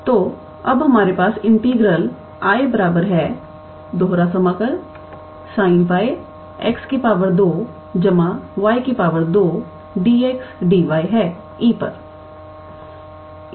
तो अब हमारे पास इंटीग्रल 𝐼 E sin 𝜋𝑥 2 𝑦 2 𝑑𝑥𝑑𝑦 है